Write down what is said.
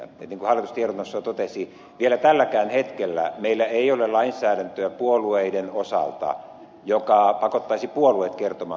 niin kuin hallitus tiedonannossaan totesi vielä tälläkään hetkellä meillä ei ole puolueiden osalta lainsäädäntöä joka pakottaisi puolueet kertomaan tulolähteensä